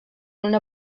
una